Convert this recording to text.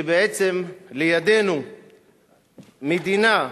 שלידנו מדינה,